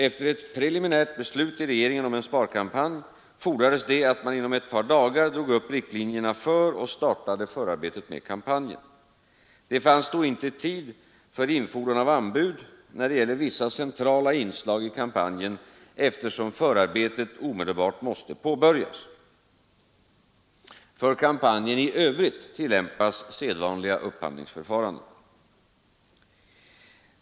Efter ett preliminärt beslut i regeringen om en sparkampanj fordrades det att man inom ett par dagar drog upp riktlinjerna för och startade förarbetet med kampanjen. Det fanns då inte tid för infordran av anbud när det gäller vissa centrala inslag i kampanjen, eftersom förarbetet omedelbart måste påbörjas. För kampanjen i övrigt tillämpas sedvanliga upphandlingsförfaranden.